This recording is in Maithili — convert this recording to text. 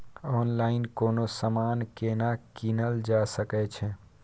ऑनलाइन कोनो समान केना कीनल जा सकै छै?